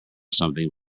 something